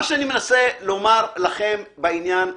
מה שאני מנסה לומר לכם בעניין הזה,